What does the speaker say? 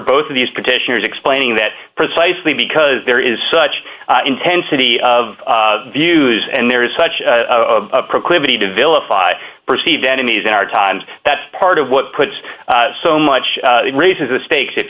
both of these petitioners explaining that precisely because there is such intensity of views and there is such a proclivity to vilify perceived enemies in our times that part of what puts so much it raises the stakes if